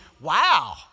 wow